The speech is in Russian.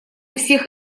всех